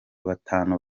batanu